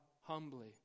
humbly